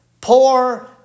poor